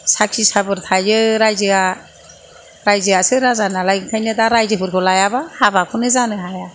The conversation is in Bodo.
साखि साबोद थायो रायजोआ रायजोआसो राजा नालाय ओंखायनो दा रायजोफोरखौ लायाबा हाबाखौनो जानो हाया